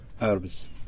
Herbs